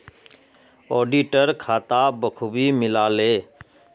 auditor खाता बखूबी मिला ले